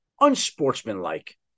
unsportsmanlike